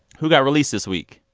who got released this week?